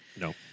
No